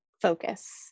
focus